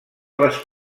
les